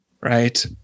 Right